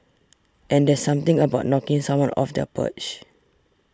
and there's something about knocking someone off their perch